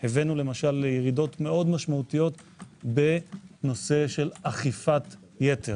הבאנו למשל לירידות מאוד משמעותיות בנושא של אכיפת יתר